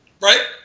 Right